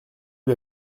lui